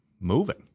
moving